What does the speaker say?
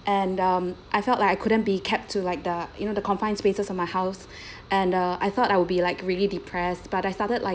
and um I felt like I couldn't be kept to like the you know the confined spaces of my house and uh I thought I will be like really depressed but I started like